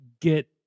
get